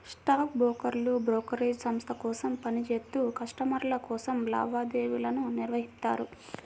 stock బ్రోకర్లు brokerage సంస్థ కోసం పని చేత్తూ కస్టమర్ల కోసం లావాదేవీలను నిర్వహిత్తారు